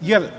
jer